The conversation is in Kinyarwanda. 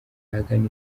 ahagana